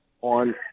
on